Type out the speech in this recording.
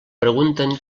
pregunten